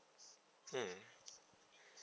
mm